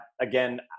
again